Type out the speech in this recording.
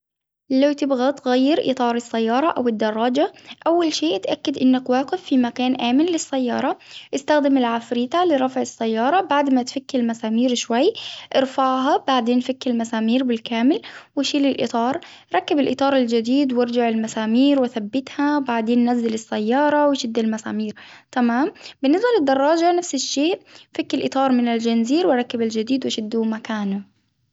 لو تبغى تغير إطار السيارة أو الدراجة أول شي تأكد إنك واقف في مكان آمن للسيارة إستخدم العفريتة لرفع السيارة بعد ما تفكي المسامير شوي، إرفعها بعدين فكي المسامير بالكامل وشيل الإطار ، ركب الإطار الجديد وإرجع المسامير وثبتها بعدين نزل وشدي المسامير تمام. بالنسبة للدراجة نفس الشيء، فكي الإطار من الجنزير وركب الجديد وشدوه مكانه.